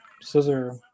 scissor